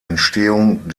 entstehung